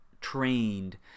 trained